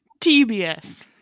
TBS